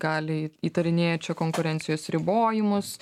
gali įtarinėja čia konkurencijos ribojimus